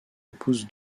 épouse